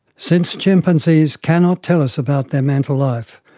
since chimpanzees cannot tell us about their mental life,